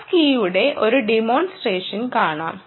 pass കീയുടെ ഒരു demonstration കാണാം